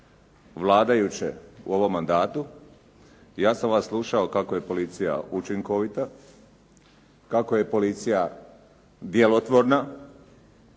vladajuće u ovom mandatu, ja sam vas slušao kako je policija učinkovita, kako je policija djelotvorna.